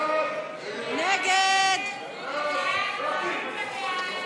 סעיף תקציבי 37,